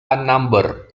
unnumbered